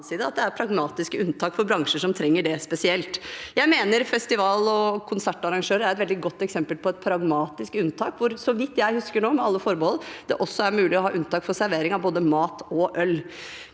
at det er pragmatiske unntak for bransjer som trenger det spesielt. Jeg mener at festivalog konsertarrangører er et veldig godt eksempel på et pragmatisk unntak, hvor – så vidt jeg husker nå, med alle forbehold – det også er mulig å ha unntak for servering av både mat og øl.